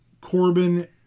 Corbin